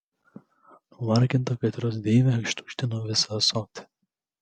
nuvarginta kaitros deivė ištuštino visą ąsotį